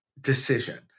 decision